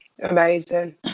amazing